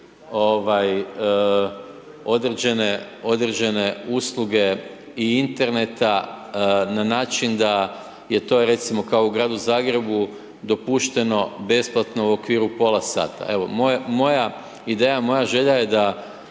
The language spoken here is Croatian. određene usluge i interneta na način da je to recimo, kao u gradu Zagrebu, dopušteno besplatno u okviru pola sata. Evo, moja ideja, moja želja je da